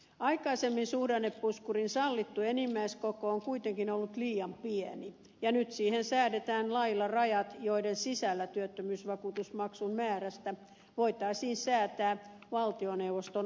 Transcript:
aikaisemmin suhdannepuskurin sallittu enimmäiskoko on kuitenkin ollut liian pieni ja nyt siihen säädetään lailla rajat joiden sisällä työttömyysvakuutusmaksun määrästä voitaisiin säätää valtioneuvoston asetuksella